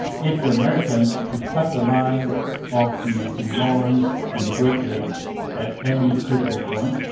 if the americans could cut the line of the st lawrence and great lakes at any critical point,